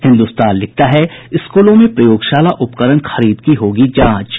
हिन्दुस्तान लिखता है स्कूलों में प्रयोगशाला उपकरण खरीद की जांच होगी